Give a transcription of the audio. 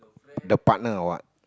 the partner or what